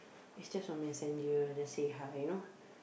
is just on messenger just say hi you know